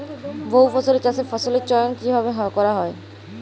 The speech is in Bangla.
বহুফসলী চাষে ফসলের চয়ন কীভাবে করা হয়?